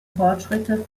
fortschritte